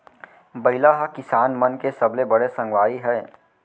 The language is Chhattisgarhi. बइला ह किसान मन के सबले बड़े संगवारी हय